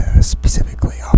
specifically